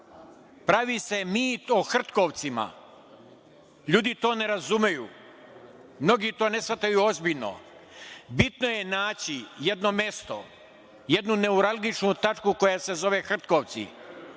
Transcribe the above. pravi se mit o Hrtkovcima. Ljudi to ne razumeju. Mnogi to ne shvataju ozbiljno. Bitno je naći jedno mesto, jednu neuralgičnu tačku koja se zove Hrtkovci